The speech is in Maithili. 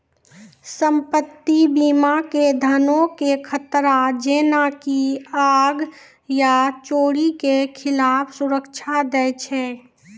सम्पति बीमा मे धनो के खतरा जेना की आग या चोरी के खिलाफ सुरक्षा दै छै